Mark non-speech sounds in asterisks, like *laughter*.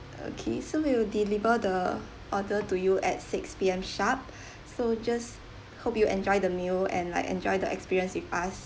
okay so we will deliver the order to you at six P_M sharp *breath* so just hope you enjoy the meal and like enjoy the experience with us